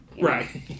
Right